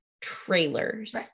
trailers